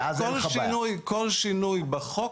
כל שינוי בחוק.